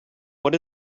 what